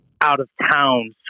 out-of-town